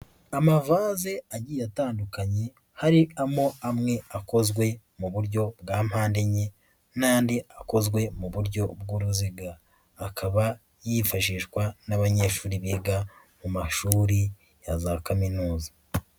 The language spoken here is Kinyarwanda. Amavase agiye atandukanye, harimo amwe akozwe mu buryo bwa mpande enye n'ayandi akozwe mu buryo bw'uruziga. Akaba yifashishwa n'abanyeshuri biga mu mashuri ya za Kaminuza.